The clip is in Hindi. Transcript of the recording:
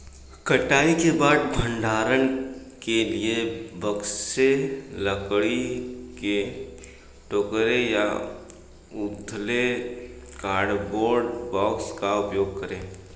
कटाई के बाद भंडारण के लिए बक्से, लकड़ी के टोकरे या उथले कार्डबोर्ड बॉक्स का उपयोग करे